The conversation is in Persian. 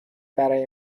برای